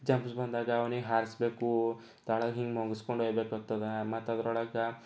jumps ಬಂದಾಗ ಅವನಿಗೆ ಹಾರಿಸ್ಬೇಕು ತಳ ಹೀಗೆ ಮಲಗಿಸ್ಕೊಂಡು ಏಳ್ಬೇಕಾಗ್ತದೆ ಮತ್ತದರೊಳಗೆ